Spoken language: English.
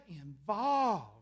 involved